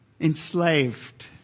enslaved